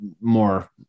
more